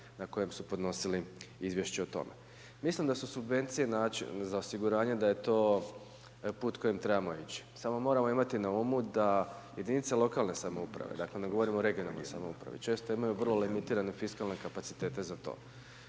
na kojima su podnosili izvješće o tome. Mislim da su subvencije način, za osiguranje, da je to put kojim trebamo ići, samo moramo imati na umu da jedinice lokalne samouprave dakle, ne govorim o regionalnim samoupravi, često imaju vrlo …/Govornik se ne razumije./… fiskalne kapacitete za to.